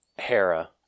Hera